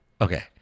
Okay